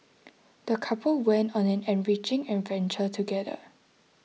the couple went on an enriching adventure together